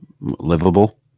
livable